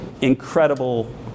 incredible